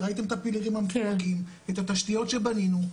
ראיתם את הפילרים את התשתיות שבנינו,